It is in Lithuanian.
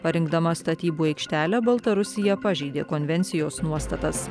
parinkdama statybų aikštelę baltarusija pažeidė konvencijos nuostatas